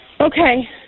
Okay